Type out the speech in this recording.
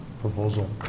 proposal